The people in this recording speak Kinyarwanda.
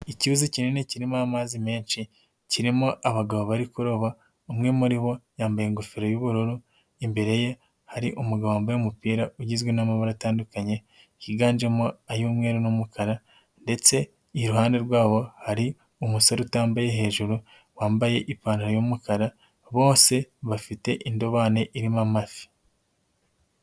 Icyuzi kinini kirimo amazi menshi, kirimo abagabo bari kuroba, umwe muri bo yambaye ingofero y'ubururu, imbere ye hari umugabo wambaye umupira ugizwe n'amabara atandukanye yiganjemo ay'umweru n'umukara ndetse iruhande rwabo hari umusore utambaye hejuru, wambaye ipantaro y'umukara, bose bafite indobane irimo amafi.